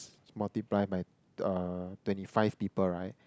multiply by uh twenty five people right